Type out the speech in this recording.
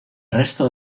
resto